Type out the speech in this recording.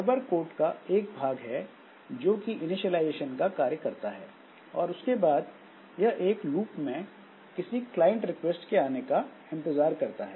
server code का एक भाग है जो कि इनीशिएलाइजेशन का कार्य करता है और उसके बाद यह एक लूप में किसी क्लाइंट रिक्वेस्ट के आने का इंतजार करता है